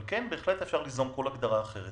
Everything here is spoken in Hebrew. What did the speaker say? אבל בהחלט אפשר ליזום כל הגדרה אחרת.